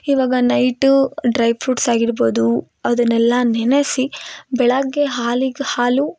ಇವಾಗ night dry fruits ಆಗಿರ್ಬೋದು ಅದನ್ನೆಲ್ಲ ನೆನೆಸಿ ಬೆಳಗ್ಗೆ ಹಾಲಿಗೆ ಹಾಲು